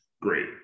Great